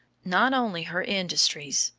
not only her industries,